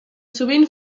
sovint